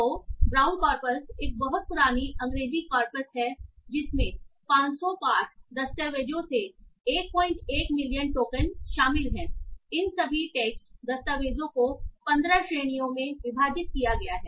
तो Brown corpus एक बहुत पुरानी अंग्रेजी कॉर्पस है जिसमें 500 पाठ दस्तावेज़ों से 11 मिलियन टोकन शामिल हैं इन सभी टेक्स्ट दस्तावेजों को 15 श्रेणियों में विभाजित किया गया है